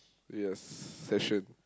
yes session